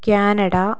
Canada